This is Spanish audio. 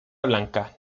blanca